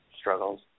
struggles